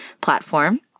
platform